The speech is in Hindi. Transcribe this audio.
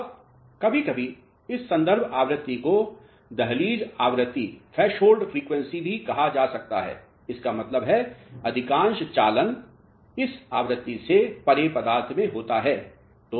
अब कभी कभी इस संदर्भ आवृत्ति को दहलीज आवृत्ति भी कहा जा सकता है इसका मतलब है अधिकांश चालन इस आवृत्ति से परे पदार्थ में होता है